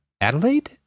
Adelaide